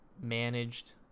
managed